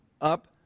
up